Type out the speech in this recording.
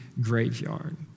graveyard